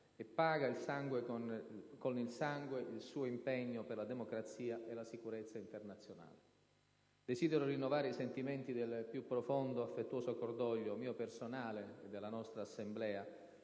e paga con il sangue il suo impegno per la democrazia e la sicurezza internazionale. Desidero rinnovare i sentimenti del più profondo e affettuoso cordoglio mio personale e della nostra Assemblea